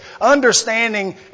understanding